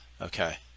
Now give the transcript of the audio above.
Okay